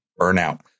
burnout